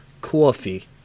Coffee